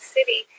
City